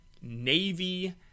Navy